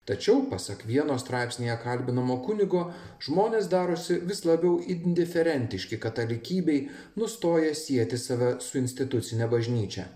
tačiau pasak vieno straipsnyje kalbinamo kunigo žmonės darosi vis labiau indiferentiški katalikybei nustoja sieti save su institucine bažnyčia